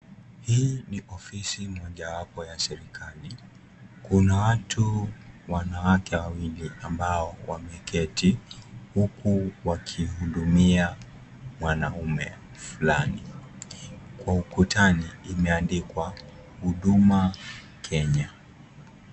Hii ni ofisi mojawapo ya serikali. Kuna watu wanawake wawili ambao wameketi huku wakihudumia wanaume fulani. Ukutani umeandikwa huduma kenya.